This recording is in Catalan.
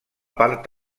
part